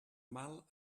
mal